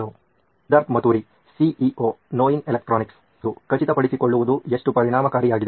Siddharth Mathuri CEO ನೋಯಿನ್ electronics ಖಚಿತಪಡಿಸಿಕೊಳ್ಳುವುದು ಎಷ್ಟು ಪರಿಣಾಮಕಾರಿಯಾಗಿದೆ